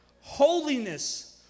Holiness